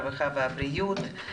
הרווחה והבריאות.